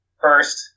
first